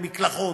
מקלחות,